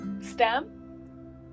STEM